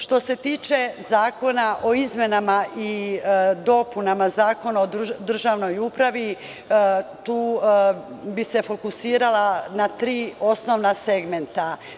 Što se tiče Zakona o izmenama i dopunama Zakona o državnoj upravi, tu bih se fokusirala na tri osnovna segmenta.